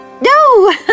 No